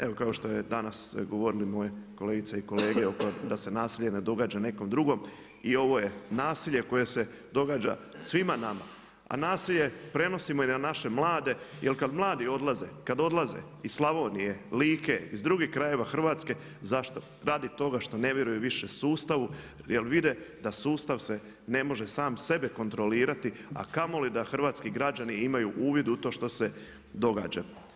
Evo kao što su danas govorili moje kolegice i kolege, upravo da se nasilje ne događa nekom drugom i ovo je nasilje koje se događa svima nama, a nasilje prenosimo i na naše mlade jer kad mladi odlaze, kad odlaze iz Slavonije, Like, iz drugih krajeva Hrvatske, zašto, radi toga što ne vjeruju više sustavu jer vide da sustav ne može sam sebe kontrolirati a kamoli da hrvatski građani imaju uvid u to što se događa.